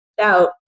out